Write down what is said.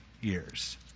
years